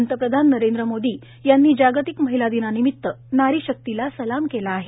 पंतप्रधान नरेंद्र मोदी यांनी जागतिक महिला दिनानिमित्त नारीशक्तीला सलाम केला आहे